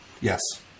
Yes